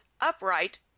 upright